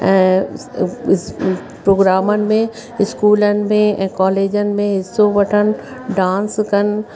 ऐं प्रोग्रामनि में स्कूलनि में ऐं कॉलेजनि में हिसो वठनि डांस कनि